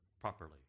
properly